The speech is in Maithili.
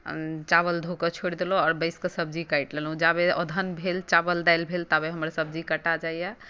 चावल धोकऽ छोड़ि देलहुँ आओर बैसिकऽ सब्जी काटि लेलहुँ जाबे औधन भेल चावल दालि भेल ताबे हमर सब्जी कटा जाइए